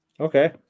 Okay